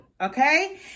Okay